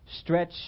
stretch